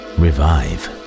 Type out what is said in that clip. revive